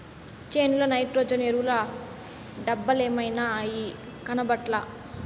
చేనుల నైట్రోజన్ ఎరువుల డబ్బలేమైనాయి, కనబట్లా